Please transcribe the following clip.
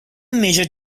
major